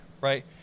right